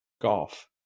golf